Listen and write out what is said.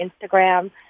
Instagram